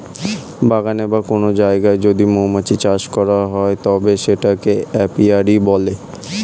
বাগানে বা কোন জায়গায় যদি মৌমাছি চাষ করা হয় তবে সেটাকে এপিয়ারী বলে